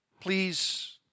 please